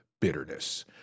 bitterness